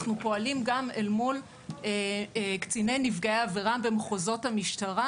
אנחנו פועלים גם אל מול קציני נפגעי עבירה במחוזות המשטרה,